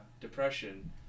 depression